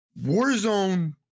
Warzone